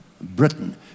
Britain